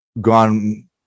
gone